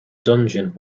dungeon